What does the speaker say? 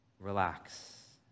Relax